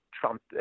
trump